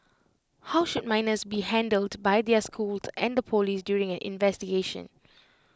how should minors be handled by their schools and the Police during an investigation